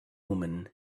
woman